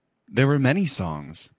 there were many songs,